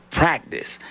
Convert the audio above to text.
practice